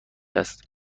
است